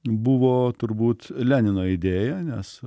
buvo turbūt lenino idėja nes